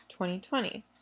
2020